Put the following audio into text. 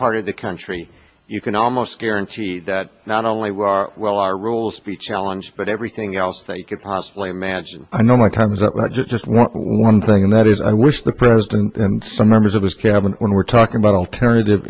part of the country you can almost guarantee that not only will our well our rules be challenge but everything else that you could possibly imagine i know my time is up not just one thing and that is i wish the president and some members of his cabinet when we're talking about alternative